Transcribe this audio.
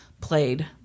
played